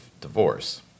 divorce